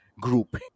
Group